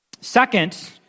Second